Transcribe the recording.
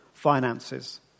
finances